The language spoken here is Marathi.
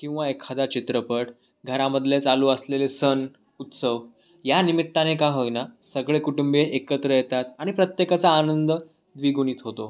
किंवा एखादा चित्रपट घरामधले चालू असलेले सण उत्सव या निमित्ताने का होईना सगळे कुटुंबीय एकत्र येतात आणि प्रत्येकाचा आनंद द्विगुणित होतो